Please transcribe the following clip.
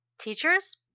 teachers